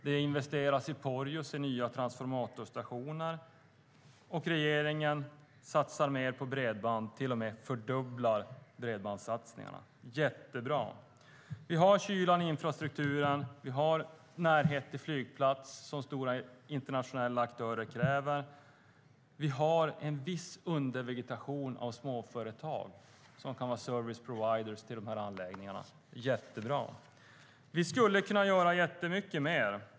Det investeras i nya transformatorstationer i Porjus. Regeringen satsar mer på bredband, till och med fördubblar bredbandssatsningarna. Det är mycket bra. Området har kylan, infrastrukturen och närheten till en flygplats, som stora internationella aktörer kräver. Det finns en viss undervegetation av småföretag som kan vara service providers till anläggningarna. Det är mycket bra. Vi kan göra mycket mer.